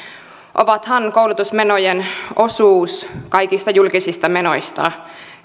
onhan koulutusmenojen osuus kaikista julkisista menoista